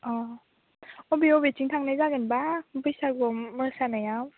अ बबे बबेथिं थांनाय जागोनबा बैसागुआव मोसानाया